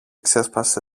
ξέσπασε